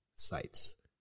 sites